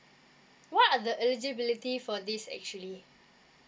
what are the eligibility for this actually